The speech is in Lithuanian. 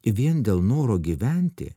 vien dėl noro gyventi